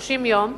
30 יום,